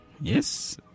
Yes